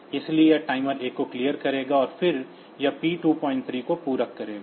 इसलिए यह टाइमर 1 को क्लियर करेगा और फिर यह P23 को पूरक करेगा